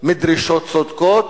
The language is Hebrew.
מדרישות צודקות,